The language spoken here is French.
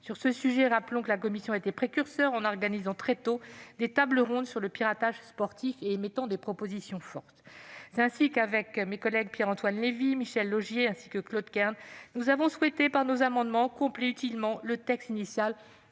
sur ce sujet, rappelons que la commission a été précurseur en organisant très tôt des tables rondes sur le piratage sportif et en émettant des propositions fortes. C'est ainsi qu'en commission, avec mes collègues Pierre-Antoine Levi, Michel Laugier et Claude Kern, nous avons souhaité, par nos amendements, compléter utilement le texte initial.